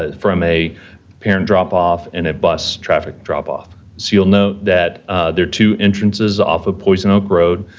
ah from a parent drop off and a bus traffic drop off. so, you'll note that there are two entrances off of poison oak road.